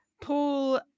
paul